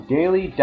Daily